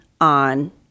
on